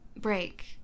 Break